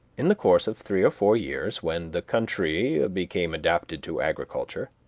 in the course of three or four years, when the country ah became adapted to agriculture,